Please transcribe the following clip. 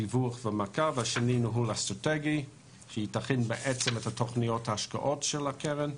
דיווח ומעקב והשנייה לניהול אסטרטגי שתכין את תוכניות ההשקעות של הקרן.